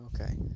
Okay